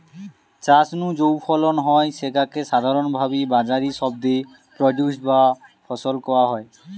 চাষ নু যৌ ফলন হয় স্যাগা কে সাধারণভাবি বাজারি শব্দে প্রোডিউস বা ফসল কয়া হয়